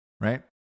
right